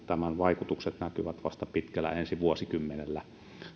tämän vaikutukset näkyvät vasta pitkällä aikavälillä ensi vuosikymmenellä